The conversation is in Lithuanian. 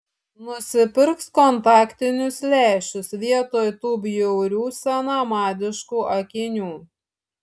nusipirks kontaktinius lęšius vietoj tų bjaurių senamadiškų akinių